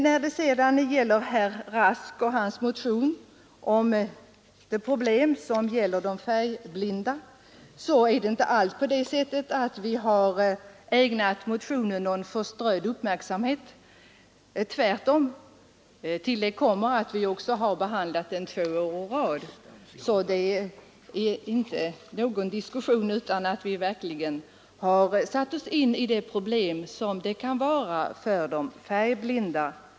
När det gäller herr Rasks motion om de färgblindas problem är det inte alls så att vi har ägnat motionen en förströdd uppmärksamhet. Tvärtom! Till detta kommer att vi behandlat en liknande motion föregående år, så det finns inget tvivel om att vi verkligen har satt oss in i de färgblindas problem.